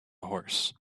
horse